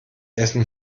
essen